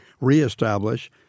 re-establish